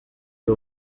ari